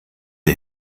der